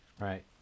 Right